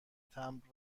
تمبر